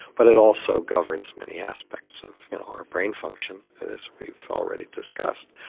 but it also governs many aspects of our brain function, as we've already discussed.